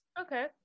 Okay